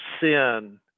sin